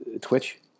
Twitch